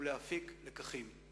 ולהפיק לקחים.